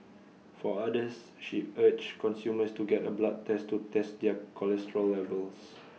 for others she urged consumers to get A blood test to test their cholesterol levels